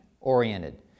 oriented